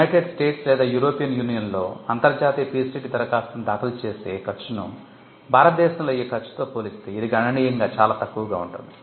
United States లేదా European యూనియన్లో అంతర్జాతీయ PCT దరఖాస్తును దాఖలు చేసే ఖర్చును భారత దేశంలో అయ్యే ఖర్చుతో పోలిస్తే ఇది గణనీయంగా చాలా తక్కువగా ఉంటుంది